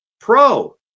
pro